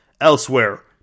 elsewhere